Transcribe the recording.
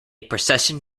procession